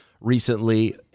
recently